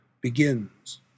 begins